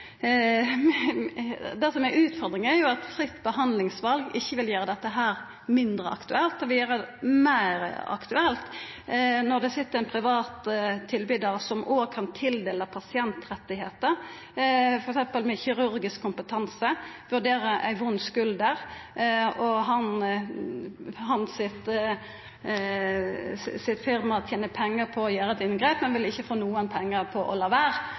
det som er utfordringa, er jo at fritt behandlingsval ikkje vil gjera dette mindre aktuelt; det vil gjera det meir aktuelt når det sit ein privat tilbydar som òg kan tildela pasientrettar – f.eks. med kirurgisk kompetanse, vurdera ei vond skulder – og firmaet hans tener pengar på å gjera eit inngrep, men ikkje vil få noko pengar ved å la